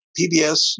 PBS